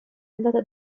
andata